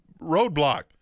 Roadblock